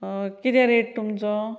कितें रेट तुमचो